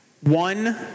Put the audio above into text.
One